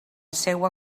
seua